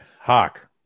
Hawk